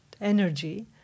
energy